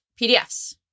PDFs